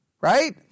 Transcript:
right